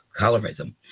colorism